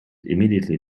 immediately